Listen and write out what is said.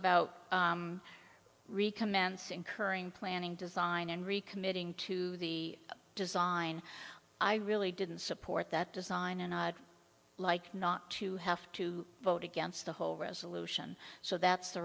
reka mance incurring planning design and recommitting to the design i really didn't support that design and i'd like not to have to vote against the whole resolution so that's the